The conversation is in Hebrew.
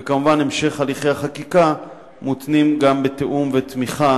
וכמובן, המשך הליכי החקיקה מותנה בתיאום ותמיכה